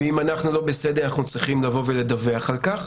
ואם אנחנו לא בסדר אנחנו צריכים לבוא ולדווח על-כך.